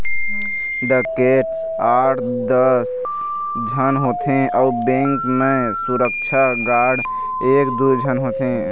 डकैत आठ दस झन होथे अउ बेंक म सुरक्छा गार्ड एक दू झन होथे